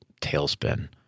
tailspin